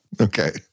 okay